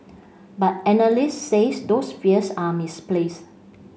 but analysts says those fears are misplace